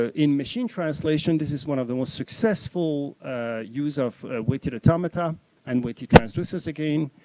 ah in machine translation this is one of the most successful use of weighted automata and weighted transducers again.